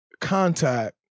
contact